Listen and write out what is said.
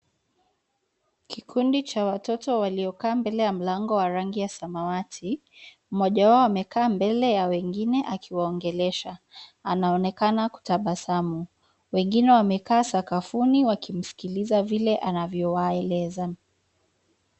Kikundi cha watoto waliokaa mbele ya mlango wa rangi ya samawati, mmoja wao amekaa mbele ya wengine akiwaongelesha, anaonekana kutabasamu. Wengine wamekaa sakafuni wakimsikiliza vile anavyowaeleza.